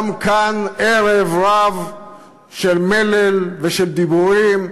גם כאן, ערב-רב של מלל ושל דיבורים,